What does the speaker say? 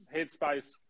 Headspace